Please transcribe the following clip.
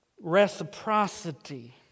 reciprocity